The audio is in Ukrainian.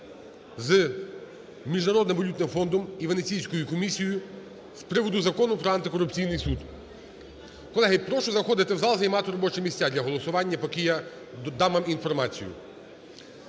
з Міжнародним валютним фондом і Венеційською комісією з приводу Закону про антикорупційний суд. Колеги, прошу заходити в зал і займати робочі місця для голосування, поки я дам вам інформацію.